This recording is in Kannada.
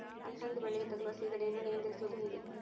ಅಲಸಂದಿ ಬಳ್ಳಿಗೆ ತಗುಲುವ ಸೇಗಡಿ ಯನ್ನು ನಿಯಂತ್ರಿಸುವುದು ಹೇಗೆ?